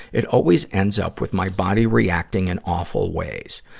it always ends up with my body reacting in awful ways.